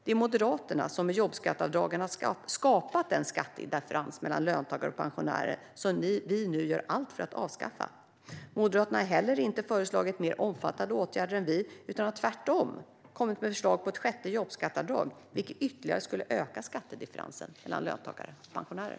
Det är Moderaterna som med jobbskatteavdragen har skapat den skattedifferens mellan löntagare och pensionärer som vi nu gör allt för att avskaffa. Moderaterna har inte heller föreslagit mer omfattande åtgärder än vi utan har tvärtom kommit med förslag på ett sjätte jobbskatteavdrag, vilket ytterligare skulle öka skattedifferensen mellan löntagare och pensionärer.